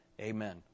amen